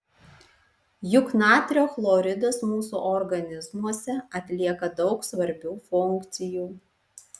juk natrio chloridas mūsų organizmuose atlieka daug svarbių funkcijų